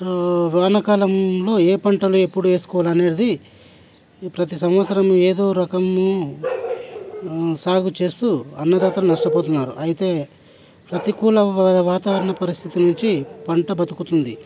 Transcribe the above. వానా కాలంలో ఏ పంటలు ఎప్పుడు వేసుకోవాలి అనేది ప్రతీ సంవత్సరం ఏదో రకము సాగు చేస్తూ అన్నదాతలు నష్టపోతున్నారు అయితే ప్రతికూల వాతావరణ పరిస్థితుల నుంచి పంట బ్రతుకుతుంది